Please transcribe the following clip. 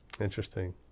interesting